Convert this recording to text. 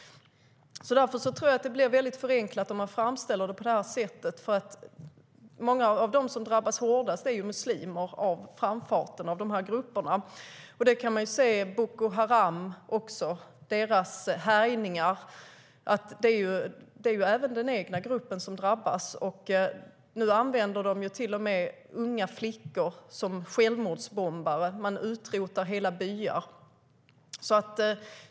Därför tror jag att det blir förenklat om man framställer det på det här sättet, för många av dem som drabbas hårdast av framfarten av de här grupperna är muslimer. Vi kan också se att Boko Harams härjningar drabbar även den egna gruppen. Nu använder de till och med unga flickor som självmordsbombare och utrotar hela byar.